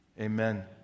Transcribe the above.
amen